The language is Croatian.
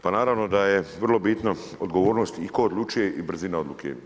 Pa naravno da je vrlo bitno odgovornost i tko odlučuje i brzina odluke.